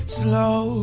slow